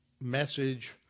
message